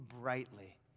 brightly